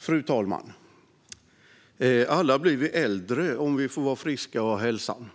Fru talman! Alla blir vi äldre om vi får vara friska och ha hälsan.